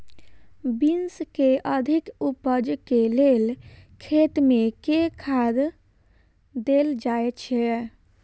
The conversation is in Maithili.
बीन्स केँ अधिक उपज केँ लेल खेत मे केँ खाद देल जाए छैय?